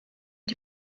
die